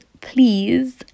please